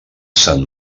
sant